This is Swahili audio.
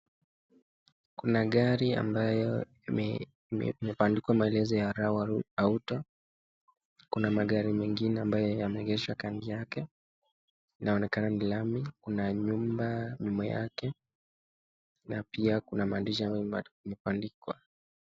Kuna gari ambayo imebandikwa maelezo ya Rawa Auto. Kuna magari mengine ambayo yameegeshwa kando yake. Inaonekana ni lami. Kuna nyumba nyuma yake na pia kuna maandishi imebandikwa.